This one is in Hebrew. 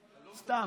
סתם,